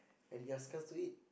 and he ask us to eat